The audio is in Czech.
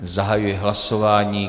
Zahajuji hlasování.